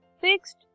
fixed